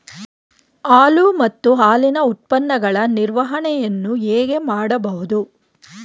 ಹಾಲು ಮತ್ತು ಹಾಲಿನ ಉತ್ಪನ್ನಗಳ ನಿರ್ವಹಣೆಯನ್ನು ಹೇಗೆ ಮಾಡಬಹುದು?